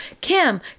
Kim